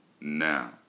now